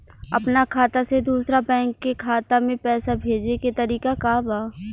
अपना खाता से दूसरा बैंक के खाता में पैसा भेजे के तरीका का बा?